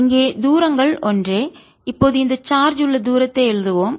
இங்கே தூரங்கள் ஒன்றே இப்போது இந்த சார்ஜ் உள்ள தூரத்தை எழுதுவோம்